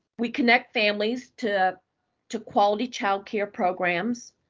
we connect families to to quality child care programs,